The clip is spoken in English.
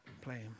playing